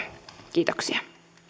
kiitoksia